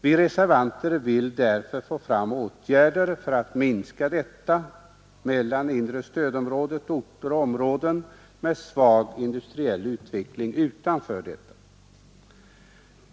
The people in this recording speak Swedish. Vi reservanter vill därför få fram åtgärder för att minska detta problem mellan inre stödområdet samt orter och områden med svag industriell utveckling utanför detta.